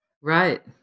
Right